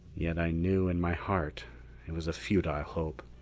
yet i knew in my heart it was a futile hope.